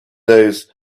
days